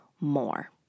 more